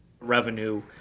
revenue